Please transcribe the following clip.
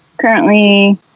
Currently